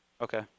Okay